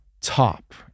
top